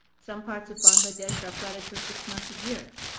some parts of bangladesh are flooded for six months a year.